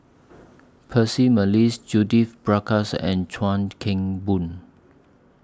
Percy Mcneice Judith Prakash and Chuan Keng Boon